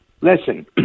listen